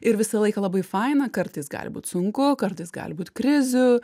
ir visą laiką labai faina kartais gali būti sunku kartais gali būt krizių